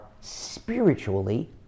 spiritually